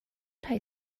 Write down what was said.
tie